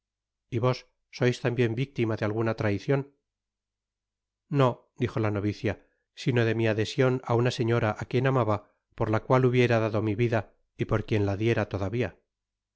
y vos sois tambien victima de alguna traicion no dijo la novicia sino de mi adhesion á una señora á quien amaba por la cual hubiera dado mi vida y por quien la diera todavia